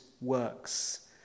works